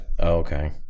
Okay